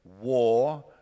war